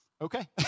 Okay